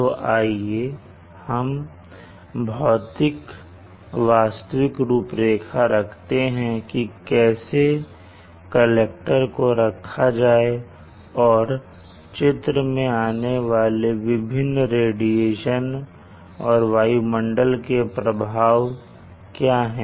तो आइए हम भौतिक वास्तविक रूपरेखा रखते हैं कि कैसे कलेक्टर को रखा जाए और चित्र में आने वाले विभिन्न रेडिएशन और वायुमंडल के प्रभाव क्या है